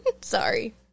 Sorry